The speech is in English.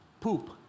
poop